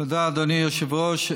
תודה, אדוני היושב-ראש.